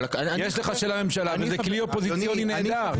יש לך של הממשלה אבל זה כלי אופוזיציוני נהדר.